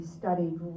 studied